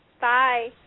Bye